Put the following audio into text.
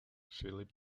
philip